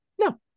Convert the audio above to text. No